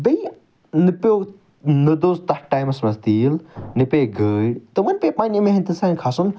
بیٚیہِ نَہ پیٛو نَہ دوٚز تتھ ٹایمَس مَنٛز تیٖل نَہ پیٚے گٲڑۍ تِمن پیٚے پَننہِ محنتہِ سانۍ کھَسُن ییٚلہِ تِم کھٔتۍ